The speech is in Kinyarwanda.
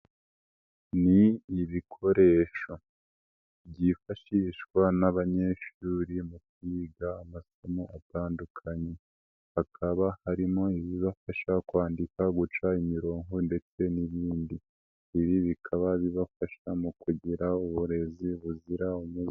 Ni ibikoresho byifashishwa n'abanyeshuri mu kwiga amasomo atandukanye hakaba harimo ibibafasha kwandika guca imirongoko ndetse n'ibindi ibi bikaba bibafasha mu kugira uburezi buzira umuze.